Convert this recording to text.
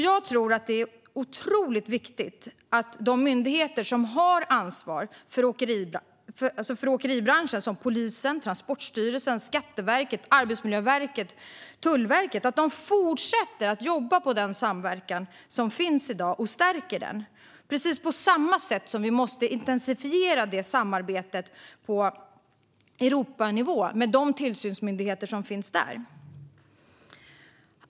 Jag tror att det är viktigt att de myndigheter som har ansvar för åkeribranschen, som polisen, Transportstyrelsen, Skatteverket, Arbetsmiljöverket och Tullverket, fortsätter att jobba på den samverkan som finns i dag och stärker den. På samma sätt måste vi intensifiera det samarbetet på Europanivå, med de tillsynsmyndigheter som finns där.